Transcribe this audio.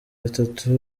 batatu